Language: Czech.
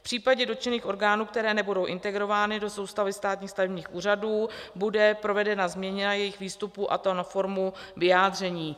V případě dotčených orgánů, které nebudou integrovány do soustavy státních stavebních úřadů, bude provedena změna jejich výstupů, a to na formu vyjádření.